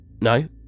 No